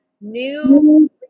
new